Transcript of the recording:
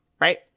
right